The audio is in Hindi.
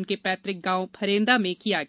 उनके प्रैतक गांव फरेन्दा में किया गया